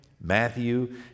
Matthew